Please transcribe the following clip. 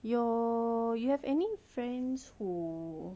your you have any friends who